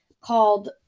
called